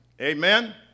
Amen